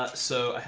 ah so